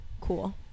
cool